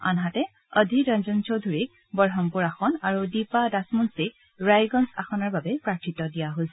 আনহাতে অধিৰ ৰঞ্জন চৌধুৰীক বঢ়মপূৰ আসন আৰু দীপা দাসমুঞ্চিক ৰায়গঞ্জ আসনৰ বাবে প্ৰাৰ্থিত্ব দিয়া হৈছে